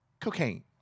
cocaine